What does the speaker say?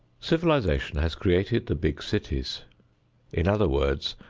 civilization has created the big cities in other words,